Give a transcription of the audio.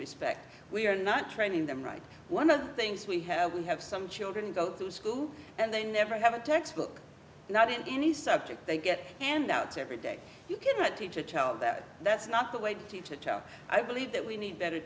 respect we are not training them right one of the things we have we have some children go to school and they never have a textbook not in any subject they get handouts every day you can't teach a child that that's not the way to teach a child i believe that we need better